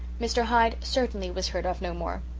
mr. hyde certainly was heard of no more.